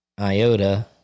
IOTA